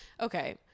okay